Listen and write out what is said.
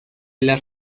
las